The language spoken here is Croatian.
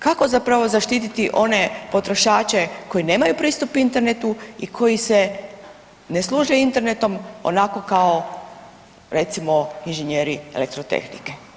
Kako zapravo zaštititi one potrošače koji nemaju pristup internetu i koji se ne služe internetom onako kao recimo inženjeri elektrotehnike?